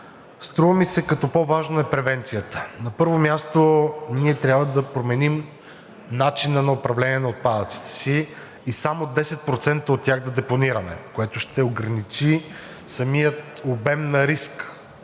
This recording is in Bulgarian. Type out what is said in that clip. Струва ми се, че по-важна е превенцията. На първо място, ние трябва да променим начина на управление на отпадъците си и само 10% от тях да депонираме, което ще ограничи самия обем на риск